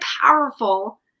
powerful